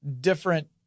different